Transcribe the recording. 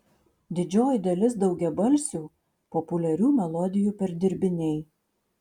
didžioji dalis daugiabalsių populiarių melodijų perdirbiniai